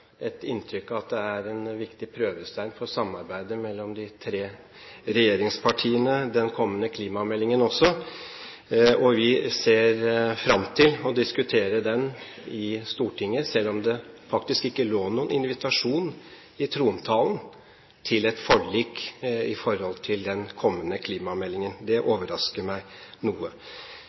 et inntrykk av at den kommende klimameldingen er en viktig prøvestein for samarbeidet mellom de tre regjeringspartiene. Vi ser fram til å diskutere den i Stortinget, selv om det faktisk ikke lå noen invitasjon i trontalen til et forlik i forhold til den kommende klimameldingen. Det overrasker meg noe.